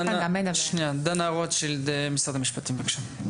דנה רוטשילד, משרד המשפטים, בבקשה.